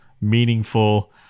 meaningful